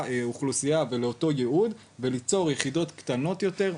אוכלוסייה ולאותו ייעוד וליצור יחידות קטנות יותר,